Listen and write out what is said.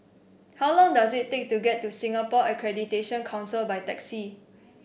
how long does it take to get to Singapore Accreditation Council by taxi